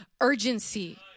urgency